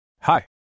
hi